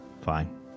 Fine